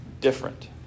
different